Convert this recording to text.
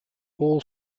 all